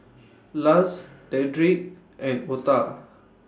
Luz Dedric and Otha